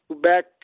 back